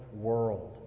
world